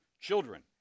children